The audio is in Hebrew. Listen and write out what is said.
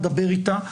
נדבר איתה,